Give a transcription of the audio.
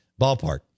ballpark